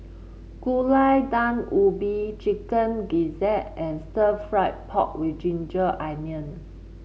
Gulai Daun Ubi Chicken Gizzard and Stir Fried Pork with ginger onion